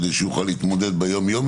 כדי שהוא יוכל להתמודד עם זה ביום-יום,